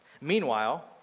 Meanwhile